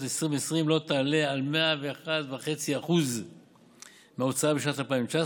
2020 לא תעלה על 101.5% מההוצאה בשנת 2019,